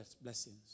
blessings